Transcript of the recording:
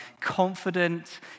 confident